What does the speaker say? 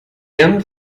end